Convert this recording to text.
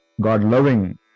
God-loving